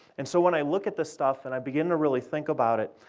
and so when i look at this stuff, and i begin to really think about it,